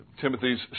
Timothy's